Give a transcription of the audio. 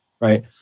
right